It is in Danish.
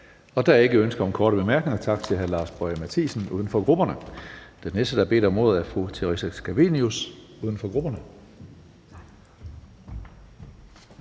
Der er ikke ønske om korte bemærkninger. Tak til hr. Lars Boje Mathiesen, uden for grupperne. Den næste, der har bedt om ordet, er fru Theresa Scavenius, uden for grupperne.